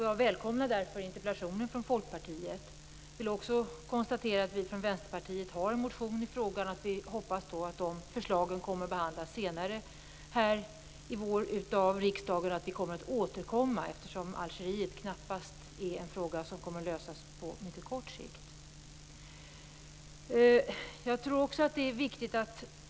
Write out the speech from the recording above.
Jag välkomnar därför dessa två interpellationer från Folkpartiet. Vi från Vänsterpartiet har också väckt en motion i frågan, och jag hoppas att dessa förslag kommer att behandlas i vår av riksdagen. Jag får då anledning att återkomma, eftersom Algeriet knappast är en fråga som kommer att lösas på kort sikt.